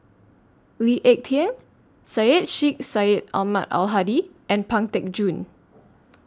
Lee Ek Tieng Syed Sheikh Syed Ahmad Al Hadi and Pang Teck Joon